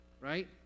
right